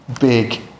big